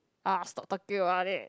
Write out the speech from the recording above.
ah stop talking about it